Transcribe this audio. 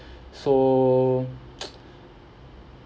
so